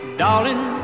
darling